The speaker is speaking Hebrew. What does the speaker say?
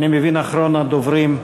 אחרון הדוברים,